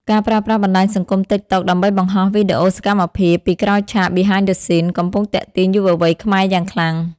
ការប្រើប្រាស់បណ្ដាញសង្គម TikTok ដើម្បីបង្ហោះវីដេអូសកម្មភាពពីក្រោយឆាក (Behind the Scenes) កំពុងទាក់ទាញយុវវ័យខ្មែរយ៉ាងខ្លាំង។